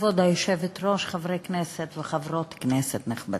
כבוד היושבת-ראש, חברי כנסת וחברות כנסת נכבדים,